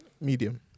Medium